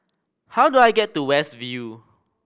how do I get to West View